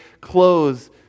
clothes